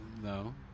No